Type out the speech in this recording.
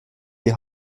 die